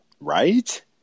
Right